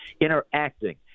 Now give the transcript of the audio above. interacting